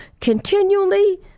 continually